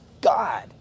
God